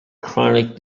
chronic